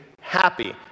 happy